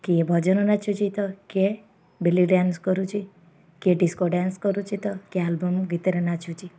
କିଏ ଭଜନ ନାଚୁଛି ତ କିଏ ବେଲି ଡ୍ୟାନ୍ସ କରୁଛି କିଏ ଡିସ୍କୋ ଡ୍ୟାନ୍ସ କରୁଛି ତ କିଏ ଆଲବମ ଗୀତରେ ନାଚୁଛି